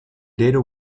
data